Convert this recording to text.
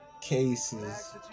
Cases